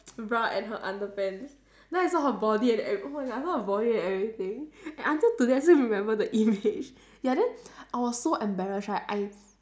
bra and her underpants then I saw her body and ev~ oh my god I saw her body and everything and until today I still remember the image ya then I was so embarrassed right I